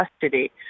custody